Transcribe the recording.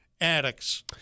addicts